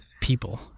people